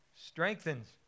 strengthens